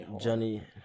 Johnny